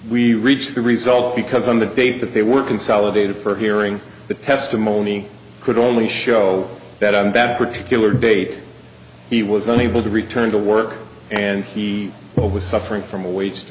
we reached the result because on the date that they were consolidated for hearing the testimony could only show that on that particular day he was unable to return to work and he was suffering from a wa